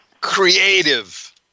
creative